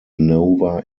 nova